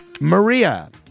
Maria